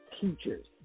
teachers